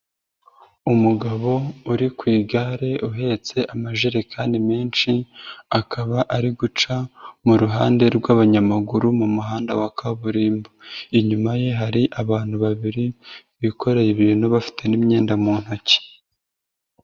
Umugabo uri ku igare uhetse amajerekani menshi, akaba ari guca mu ruhande rw'abanyamaguru mu muhanda wa kaburimbo, inyuma ye hari abantu babiri bikoreye ibintu bafite n'imyenda mu ntoki.